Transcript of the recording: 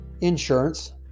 insurance